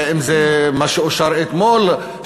אם מה שאושר אתמול,